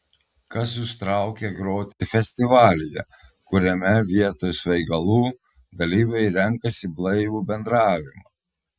kas jus traukia groti festivalyje kuriame vietoj svaigalų dalyviai renkasi blaivų bendravimą